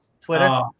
Twitter